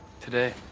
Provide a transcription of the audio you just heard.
Today